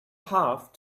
half